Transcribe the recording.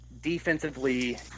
defensively